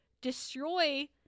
destroy